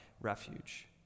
refuge